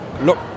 look